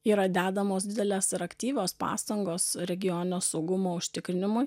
yra dedamos didelės ir aktyvios pastangos regioninio saugumo užtikrinimui